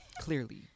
Clearly